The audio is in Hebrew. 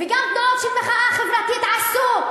וגם תנועות של מחאה חברתית עשו.